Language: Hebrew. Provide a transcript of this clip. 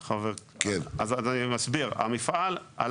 אתה לא